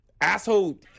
asshole